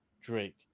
Drake